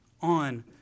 on